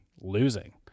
losing